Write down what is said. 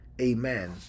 amen